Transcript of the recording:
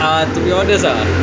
ah to be honest ah